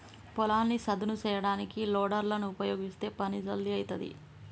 పొలాన్ని సదును చేయడానికి లోడర్ లను ఉపయీగిస్తే పని జల్దీ అయితది